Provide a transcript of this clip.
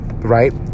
Right